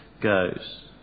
goes